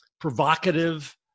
provocative